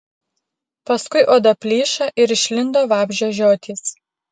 paskui oda plyšo ir išlindo vabzdžio žiotys